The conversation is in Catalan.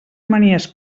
manies